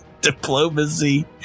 Diplomacy